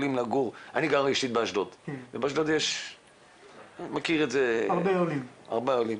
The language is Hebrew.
אני גר באשדוד ובאשדוד יש הרבה עולים,